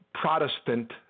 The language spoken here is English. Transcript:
Protestant